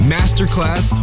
Masterclass